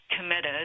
committed